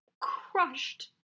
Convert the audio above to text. crushed